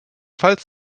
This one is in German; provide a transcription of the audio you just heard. pfalz